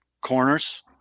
corners